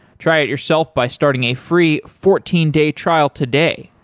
try it yourself by starting a free fourteen day trial today.